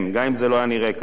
גם אם זה לא נראה כך.